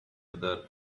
other